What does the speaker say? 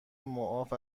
معاف